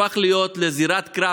הפך להיות זירת קרב,